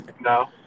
No